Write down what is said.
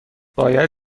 باید